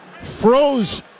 froze